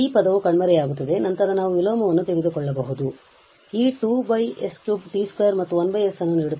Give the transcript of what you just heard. ಆದ್ದರಿಂದ ಈ ಪದವು ಕಣ್ಮರೆಯಾಗುತ್ತದೆ ಮತ್ತು ನಂತರ ನಾವು ವಿಲೋಮವನ್ನು ತೆಗೆದುಕೊಳ್ಳಬಹುದು ಆದ್ದರಿಂದ ಈ 2 s 3 t 2 ಮತ್ತು 1 s ಅನ್ನು ನೀಡುತ್ತದೆ